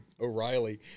O'Reilly